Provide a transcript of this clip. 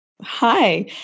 Hi